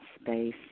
space